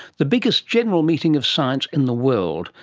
the biggest general meeting of science in the world,